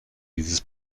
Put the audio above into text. dieses